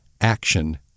action